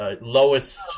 lowest